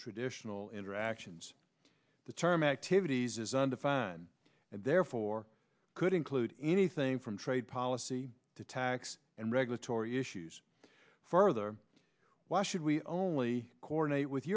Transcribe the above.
traditional interactions the term activities is undefined and therefore could include anything from trade policy to tax and regulatory issues further why should we only coordinate with